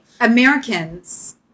Americans